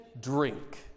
drink